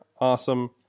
awesome